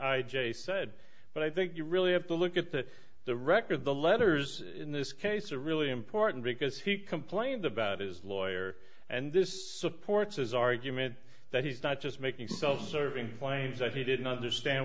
j said but i think you really have to look at that the record the letters in this case are really important because he complains about his lawyer and this supports his argument that he's not just making self serving claims that he didn't understand